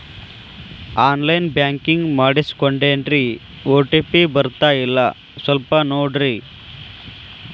on line banking ಮಾಡಿಸ್ಕೊಂಡೇನ್ರಿ OTP ಬರ್ತಾಯಿಲ್ಲ ಸ್ವಲ್ಪ ನೋಡ್ರಿ